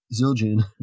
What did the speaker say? Zildjian